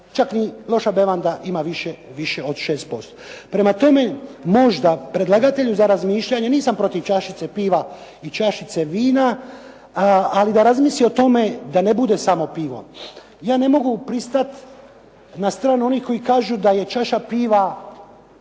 čak i loša bevanda ima više od 6%. Prema tome, možda predlagatelju za razmišljanje, nisam protiv čašice piva i čašice vina, ali da razmisli o tome da ne bude samo pivo. Ja ne mogu pristati na stranu onih koji kažu da je čaša piva